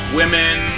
women